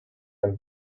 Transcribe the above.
and